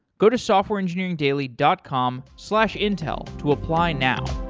go to softwareengineeringdaily dot com slash intel to apply now.